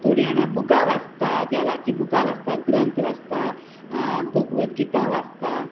थोड्या जाणां बुकां वाचता देवाची बुकां वाचतात ग्रंथ वाचता भगवत गीता वाचता